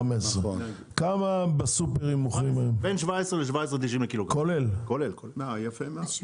בין 17 ל-17.5 ₪ לק"ג, כולל מע"מ.